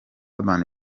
urban